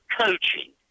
coaching